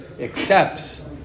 accepts